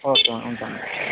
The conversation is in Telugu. ఓకే మ్యాడం ఉంటాను